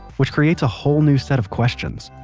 which creates a whole new set of questions.